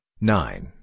nine